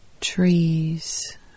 trees